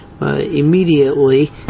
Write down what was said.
Immediately